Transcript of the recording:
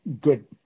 good